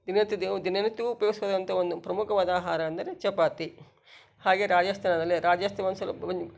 ದಿನನಿತ್ಯದ್ದೂ ದಿನನಿತ್ಯವೂ ಉಪಯೋಗಿಸುವಂಥ ಒಂದು ಪ್ರಮುಖವಾದ ಆಹಾರ ಅಂದರೆ ಚಪಾತಿ ಹಾಗೇ ರಾಜಸ್ತಾನದಲ್ಲಿ ರಾಜಸ್ತ